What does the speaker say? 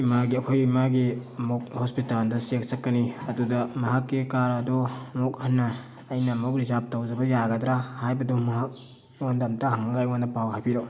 ꯏꯃꯥꯒꯤ ꯑꯩꯈꯣꯏ ꯏꯃꯥꯒꯤ ꯑꯃꯨꯛ ꯍꯣꯁꯄꯤꯇꯥꯜꯗ ꯆꯦꯛ ꯆꯠꯀꯅꯤ ꯑꯗꯨꯗ ꯃꯍꯥꯛꯀꯤ ꯀꯥꯔ ꯑꯗꯨ ꯑꯃꯨꯛ ꯍꯟꯅ ꯑꯩꯅ ꯑꯃꯨꯛ ꯔꯦꯖꯥꯞ ꯇꯧꯖꯕ ꯌꯥꯒꯗ꯭ꯔꯥ ꯍꯥꯏꯕꯗꯨ ꯃꯍꯥꯛ ꯃꯉꯣꯟꯗ ꯑꯝꯇ ꯍꯪꯉꯒ ꯑꯩꯉꯣꯟꯗ ꯄꯥꯎ ꯍꯥꯏꯕꯤꯔꯛꯑꯣ